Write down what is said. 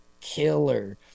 killer